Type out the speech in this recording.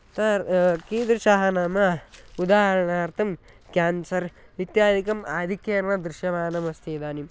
अतः कीदृशाः नाम उदाहरणार्थं क्यान्सर् इत्यादिकम् आधिक्येन दृश्यमानमस्ति इदानीं